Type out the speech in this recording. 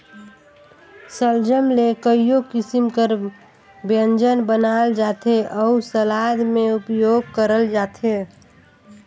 सलजम ले कइयो किसिम कर ब्यंजन बनाल जाथे अउ सलाद में उपियोग करल जाथे